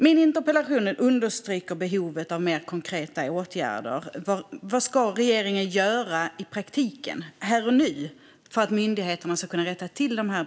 Min interpellation understryker behovet av mer konkreta åtgärder. Vad ska regeringen göra i praktiken här och nu för att myndigheterna ska kunna rätta till bristerna?